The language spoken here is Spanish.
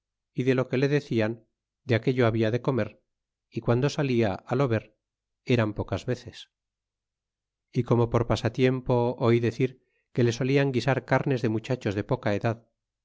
y de lo que le decían de aquello habla de comer e guando salia á lo ver eran pocas veces é como por pasatiempo oí decir que le solian guisar carnes de muchachos de poca edad